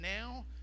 now